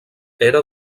era